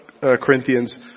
Corinthians